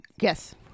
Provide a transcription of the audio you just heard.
Yes